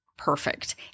perfect